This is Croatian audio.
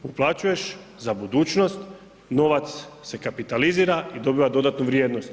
Uplaćuješ za budućnost novac se kapitalizira i dobiva dodatnu vrijednost.